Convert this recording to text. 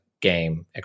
game